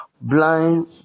Blind